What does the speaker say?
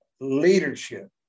leadership